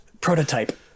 Prototype